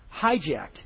hijacked